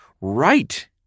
right